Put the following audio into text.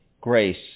grace